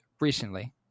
recently